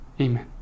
Amen